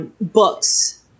books